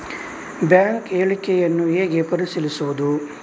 Bank ಹೇಳಿಕೆಯನ್ನು ಹೇಗೆ ಪರಿಶೀಲಿಸುವುದು?